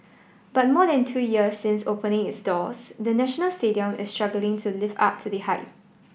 but more than two years since opening its doors the National Stadium is struggling to live up to the hype